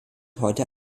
heute